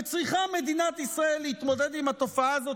וצריכה מדינת ישראל להתמודד עם התופעה הזאת